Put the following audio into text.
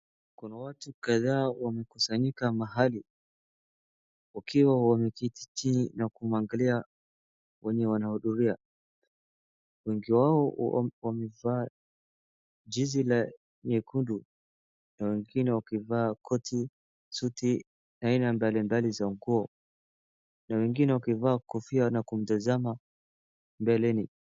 Kuna watu kadhaa wamekusanyika mahali wakiwa wameketi chini na kuangalia wenye wanahudhuria, wengi wao wamevaa jezi la nyekundu na wengine wakivaa koti, suti, aina mbalimbali za nguo na wengine wakivaa kofia na kutazama mbeleni.